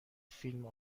فیلم